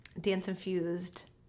dance-infused